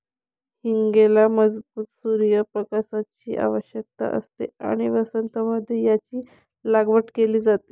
हींगेला मजबूत सूर्य प्रकाशाची आवश्यकता असते आणि वसंत मध्ये याची लागवड केली जाते